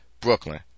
brooklyn